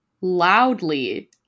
loudly